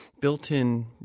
built-in